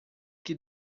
que